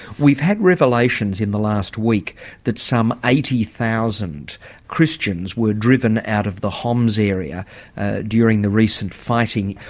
we've had revelations in the last week that some eighty thousand christians were driven out of the homs area during the recent fighting.